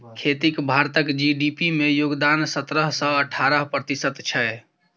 खेतीक भारतक जी.डी.पी मे योगदान सतरह सँ अठारह प्रतिशत छै